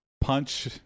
punch